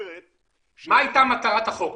מה הייתה מטרת חוק?